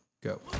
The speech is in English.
go